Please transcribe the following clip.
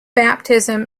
baptism